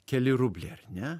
keli rubliai ar ne